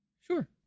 sure